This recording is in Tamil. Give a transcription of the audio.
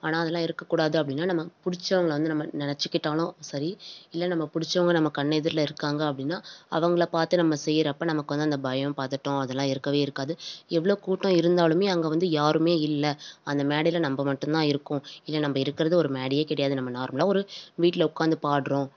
ஆனால் அதெலாம் இருக்கக்கூடாது அப்படினா நம்ம பிடிச்சங்கள வந்து நம்ம நினச்சிக்கிட்டாலும் சரி இல்லை நம்ம பிடிச்சவங்க நம்ம கண் எதிரில் இருக்காங்க அப்படினா அவங்களைப் பார்த்து நம்ம செய்கிறப்ப நமக்கு வந்து அந்த பயம் பதட்டம் அதெல்லாம் இருக்கவே இருக்காது எவ்வளோ கூட்டம் இருந்தாலும் அங்கே வந்து யாரும் இல்லை அந்த மேடையில் நம்ம மட்டுந்தான் இருக்கோம் இல்லை நம்ம இருக்கிறது ஒரு மேடையே கிடையாது நம்ம நார்மலாக ஒரு வீட்டில் உட்காந்து பாடுறோம்